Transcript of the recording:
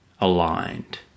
aligned